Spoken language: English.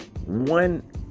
One